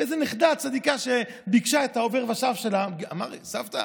איזו נכדה צדיקה שביקשה את העובר ושב שלה אמרה: סבתא,